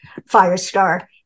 Firestar